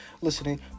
listening